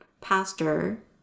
pastor